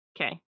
Okay